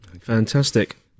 Fantastic